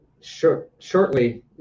shortly